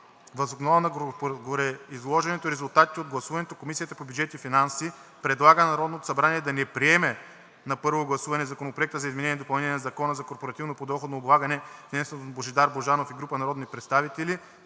Въз основа на гореизложеното и резултатите от гласуването Комисията по бюджет и финанси предлага на Народното събрание да не приеме на първо гласуване Законопроекта за изменение и допълнение на Закона за корпоративното подоходно облагане, внесен от Божидар Божанов и група народни представители,